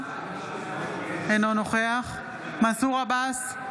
אינו נוכח מנסור עבאס,